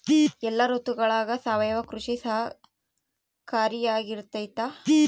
ಎಲ್ಲ ಋತುಗಳಗ ಸಾವಯವ ಕೃಷಿ ಸಹಕಾರಿಯಾಗಿರ್ತೈತಾ?